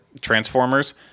Transformers